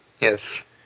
Yes